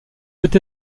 peut